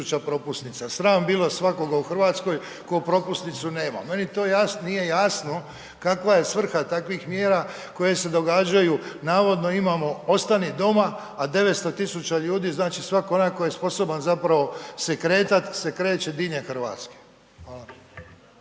propusnica. Sram bilo svakoga u Hrvatskoj ko propusnicu nema. Meni to nije jasno kakva je svrha takvih mjera koje se događaju. Navodno imamo ostani doma, a 900.000 ljudi, znači svaki onaj koji je sposoban zapravo se kretat se kreće diljem Hrvatske.